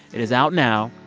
it is out now.